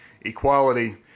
equality